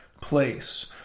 place